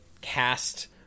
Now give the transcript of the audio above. cast